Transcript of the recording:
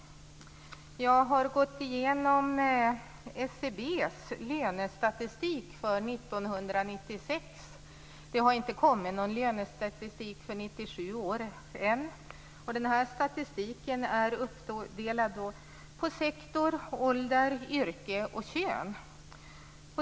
Jag har gått igenom SCB:s lönestatistik för 1996. Det har ännu inte kommit någon lönestatistik för 1997. Statistiken är uppdelad på sektor, ålder, yrke och kön.